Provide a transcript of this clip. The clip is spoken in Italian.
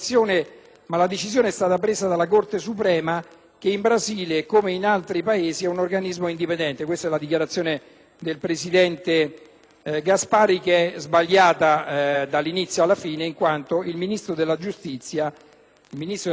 senatore Gasparri è sbagliata dall'inizio alla fine, in quanto il Ministro della giustizia ha preso la decisione e la Corte suprema deve ancora pronunciarsi. I tempi saranno lunghi, purtroppo.